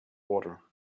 water